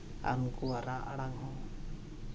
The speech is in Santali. ᱟᱨ ᱩᱱᱠᱩᱣᱟᱜ ᱨᱟᱜ ᱟᱲᱟᱝ ᱦᱚᱸ